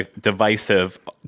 divisive